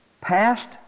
past